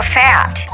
fat